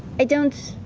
i don't.